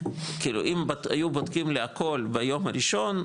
כאילו אם היו בודקים לי הכול ביום הראשון,